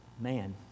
man